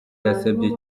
yasabye